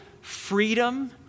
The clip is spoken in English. freedom